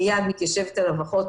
מיד מתיישבת עליו אחות,